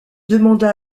demanda